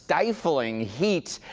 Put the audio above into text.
stifling heat,